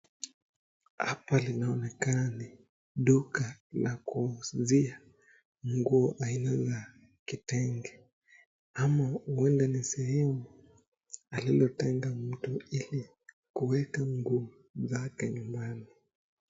Hapa linaoneka ni duka la kuuzia nguo aina za kitenge ama huenda ni sehemu alilotenga mtu ili kuweka nguo zake nyumbani.